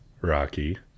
Rocky